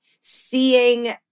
seeing